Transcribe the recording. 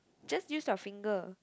just use your finger